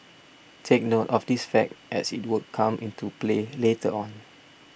take note of this fact as it will come into play later on